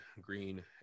green